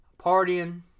partying